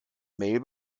mail